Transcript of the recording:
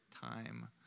time